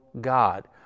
God